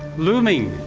looming.